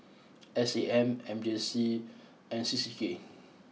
S A M M J C and C C K